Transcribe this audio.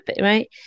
right